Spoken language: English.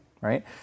Right